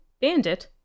Bandit